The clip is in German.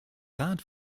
rat